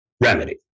remedy